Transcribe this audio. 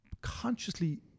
consciously